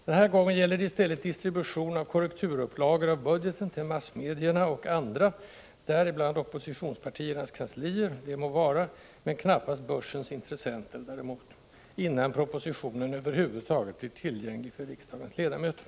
Den här gången gäller det i stället distribution av korrekturupplagor av budgeten till massmedierna och andra — däribland oppositionspartiernas kanslier: det må vara, men knappast börsens intressenter, däremot — innan propositionen över huvud taget blir tillgänglig för riksdagens ledamöter.